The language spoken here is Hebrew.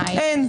אין.